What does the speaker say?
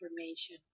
information